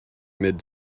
mid